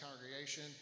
congregation